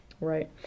Right